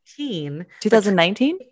2019